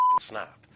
snap